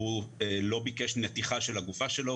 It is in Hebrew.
הוא לא רק דוקטור.